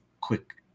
quick